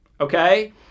Okay